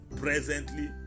presently